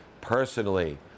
personally